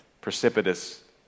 precipitous